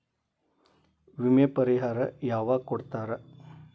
ವಿಮೆ ಪರಿಹಾರ ಯಾವಾಗ್ ಕೊಡ್ತಾರ?